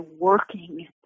working